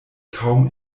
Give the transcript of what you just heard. kaum